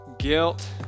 guilt